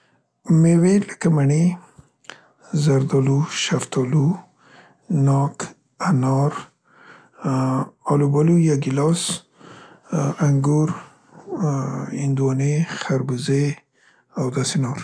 میوې لکه مڼې، زردالو، شفتالو، ناک، انار، الوبالو یا ګیلاس، انګور، ا، هنداوانې خربوزې او داسې نور.